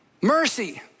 mercy